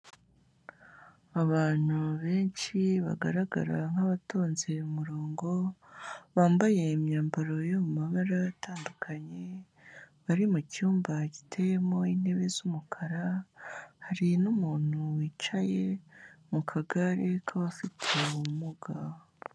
Abantu benshi bagaragara nk'abatonze umurongo, bambaye imyambaro yo mu mabara atandukanye, bari mu cyumba giteyemo intebe z'umukara, hari n'umuntu wicaye mu kagare k'abafite ubumuga.